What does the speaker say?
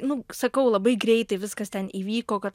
nu sakau labai greitai viskas ten įvyko kad